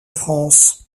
france